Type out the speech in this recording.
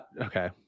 okay